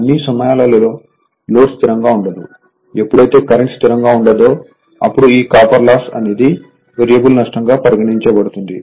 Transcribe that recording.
అన్ని సమయాలలో లోడ్ స్థిరంగా ఉండదుఎప్పుడైతే కరెంట్ స్థిరంగా ఉండదో అప్పుడు ఈ కాపర్ లాస్ అనేది వేరియబుల్ నష్టం గా పరిగణించబడుతుంది